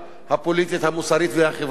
המוסרית והחברתית לטבח,